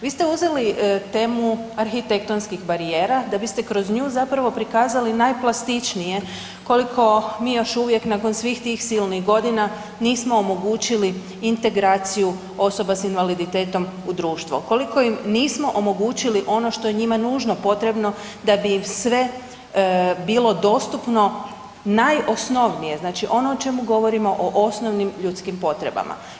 Vi st uzeli temu arhitektonskih barijera da biste kroz nju zapravo prikazali najplastičnije koliko mi još uvijek nakon svih tih silnih godina nismo omogućili integraciju osoba s invaliditetom u društvo, koliko im nismo omogućili ono što je njima nužno potrebno da bi im sve bilo dostupno najosnovnije, znači ono o čemu govorimo, o osnovnim ljudskim potrebama.